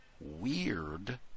weird